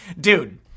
dude